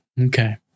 Okay